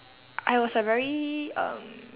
I was a very um